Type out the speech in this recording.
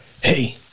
Hey